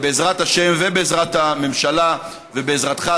בעזרת השם ובעזרת הממשלה ובעזרתך,